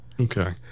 Okay